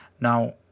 Now